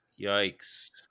Yikes